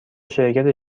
شرکت